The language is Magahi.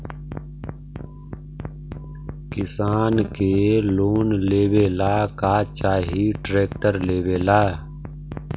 किसान के लोन लेबे ला का चाही ट्रैक्टर लेबे ला?